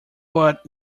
but